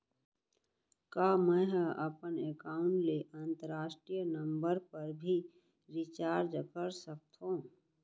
का मै ह अपन एकाउंट ले अंतरराष्ट्रीय नंबर पर भी रिचार्ज कर सकथो